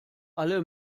alle